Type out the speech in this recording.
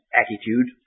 attitude